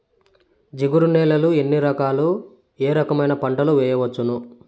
జిగురు నేలలు ఎన్ని రకాలు ఏ రకమైన పంటలు వేయవచ్చును?